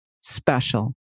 special